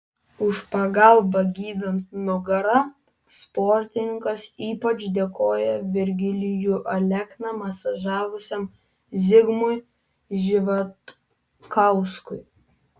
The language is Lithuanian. už pagalbą gydant nugarą sportininkas ypač dėkoja virgilijų alekną masažavusiam zigmui živatkauskui